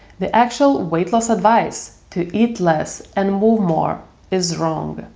the actual weight loss advice, to eat less and move more is wrong.